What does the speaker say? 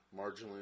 marginally